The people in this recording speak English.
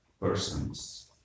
persons